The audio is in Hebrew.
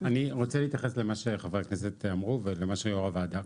להתייחס למה שחברי הכנסת אמרו ולמה שיו"ר הוועדה.